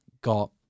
got